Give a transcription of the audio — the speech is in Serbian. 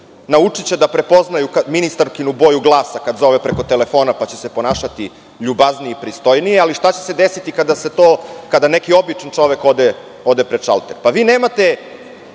naučiće da prepoznaju ministarkinu boju glasa kad zove preko telefona pa će se ponašati ljubaznije i pristojnije, ali šta će se desiti kada neki obični čovek ode pred šalter? Vi nemate